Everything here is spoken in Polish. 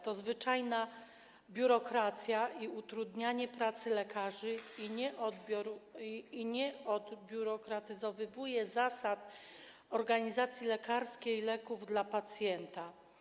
To zwyczajna biurokracja i utrudnianie pracy lekarzy i nie odbiurokratyzowuje zasad organizacji lekarskiej leków dla pacjenta.